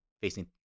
facing